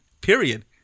period